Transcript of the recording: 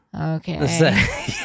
Okay